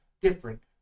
different